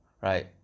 right